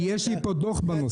כי יש לי פה דו"ח בנושא.